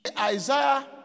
Isaiah